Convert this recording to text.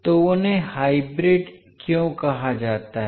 तो उन्हें हाइब्रिड क्यों कहा जाता है